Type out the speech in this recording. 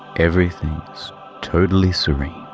everything's totally serene.